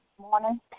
morning